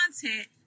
content